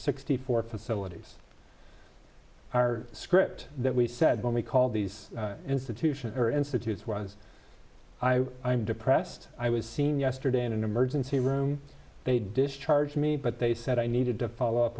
sixty four facilities our script that we said when we called these institutions or institutes was i'm depressed i was seen yesterday in an emergency room they discharged me but they said i needed to follow up